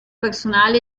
personale